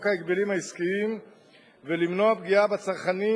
ההגבלים העסקיים ולמנוע פגיעה בצרכנים,